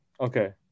okay